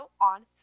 on